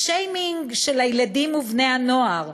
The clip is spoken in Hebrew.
השיימינג של הילדים ובני-הנוער